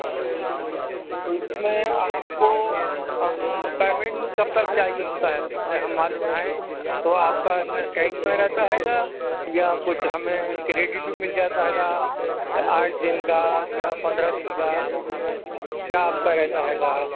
تو اس میں آپ کو پیمنٹ کب تک چاہیے ہوتا ہےیسے ہم مال اٹھائیں تو آپ کا کیش میں رہتا ہے گا یا کچھ ہمیں کریڈٹ بھی مل جاتا ہے گا آٹھ دن کا یا پندرہ دن کا کیا آپ کا رہتا ہے گا